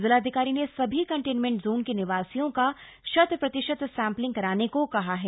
जिलाधिकारी ने सभी कंटेन्मेंट जोन के निवासियों का शत प्रतिशत सैंम्पलिंग कराने को कहा है